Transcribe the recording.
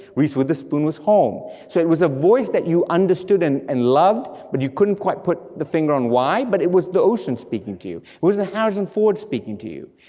reese witherspoon was home, so it was a voice that you understood and and loved, but you couldn't quite put the finger on why, but it was the ocean speaking to you, it wasn't harrison ford speaking to you.